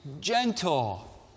gentle